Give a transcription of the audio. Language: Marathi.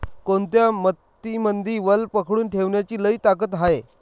कोनत्या मातीमंदी वल पकडून ठेवण्याची लई ताकद हाये?